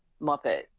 Muppet